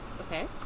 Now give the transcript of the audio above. okay